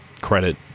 credit